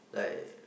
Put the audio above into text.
like